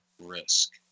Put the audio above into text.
risk